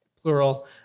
plural